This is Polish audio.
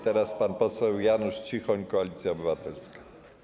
Teraz pan poseł Janusz Cichoń, Koalicja Obywatelska.